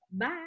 Bye